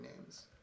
names